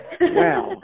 wow